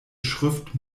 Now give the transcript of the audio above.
schrift